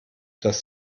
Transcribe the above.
dass